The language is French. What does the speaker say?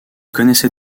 connaissait